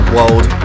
World